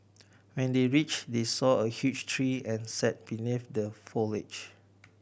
when they reached they saw a huge tree and sat beneath the foliage